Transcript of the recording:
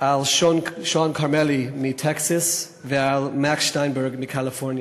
שון כרמלי מטקסס ומקס שטיינברג מקליפורניה.